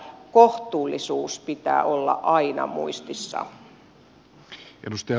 kohtuullisuuden pitää olla aina muistissa